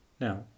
Now